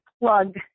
plug